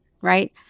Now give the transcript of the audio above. right